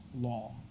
law